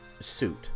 suit